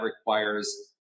requires